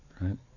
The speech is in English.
Right